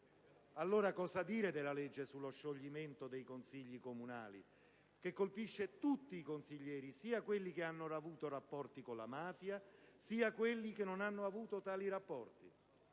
Allora, cosa dire della legge sullo scioglimento dei consigli comunali che colpisce tutti i consiglieri, sia quelli che hanno avuto rapporti con la mafia, sia quelli che non hanno avuto tali rapporti?